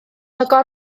ganddo